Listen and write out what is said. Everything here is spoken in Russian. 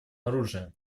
оружием